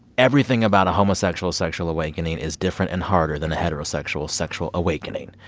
everything about a homosexual's sexual awakening is different and harder than a heterosexual sexual awakening.